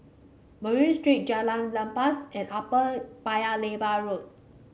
Murray Street Jalan Lepas and Upper Paya Lebar Road